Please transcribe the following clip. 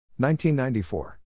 1994